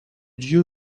dieu